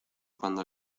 cuando